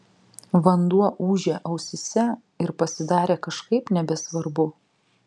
vanduo ūžė ausyse ir pasidarė kažkaip nebesvarbu